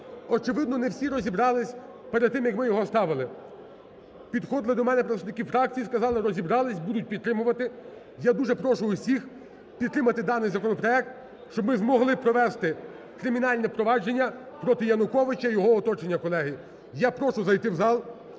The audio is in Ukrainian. Очевидно не всі розібралися перед тим як ми його ставили. Підходили до мене представники фракцій і сказали розібралися, будуть підтримувати. Я дуже прошу всіх підтримати даний законопроект, щоб ми змогли провести кримінальне провадження проти Януковича і його оточення, колеги. Я прошу зайти в зал